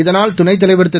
இதனால் துணைத்தலைவர்திரு